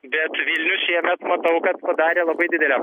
bet šiemet matau kad padarė labai didelę